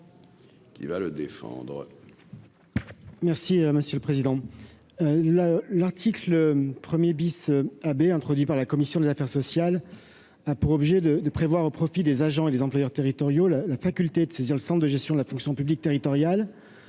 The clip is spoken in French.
Qui va le défendre. Merci monsieur le président, la l'article 1er bis ah introduit par la commission des affaires sociales a pour objet de de prévoir au profit des agents et les employeurs territoriaux la la faculté de saisir le Centre de gestion de la fonction publique territoriale,